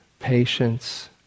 patience